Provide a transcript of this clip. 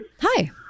Hi